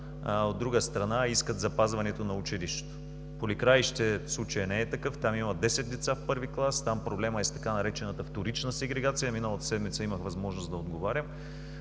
от друга страна, искат запазването на училището. В Поликраище случаят не е такъв. Там има 10 деца в I клас, там проблемът е с така наречената вторична сегрегация. Миналата седмица имах възможност да отговарям,